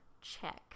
Check